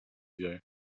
ago